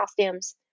costumes